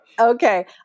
Okay